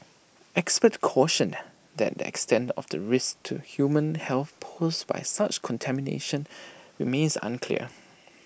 experts cautioned that the extent of the risk to human health posed by such contamination remains unclear